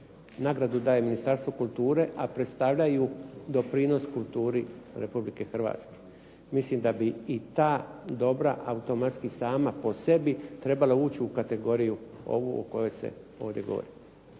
nagradu daje Ministarstvo kulture, a predstavljaju doprinos kulturi Republike Hrvatske. Mislim da bi i ta dobra automatski sama po sebi trebala ući u kategoriju ovu o kojoj se ovdje govori.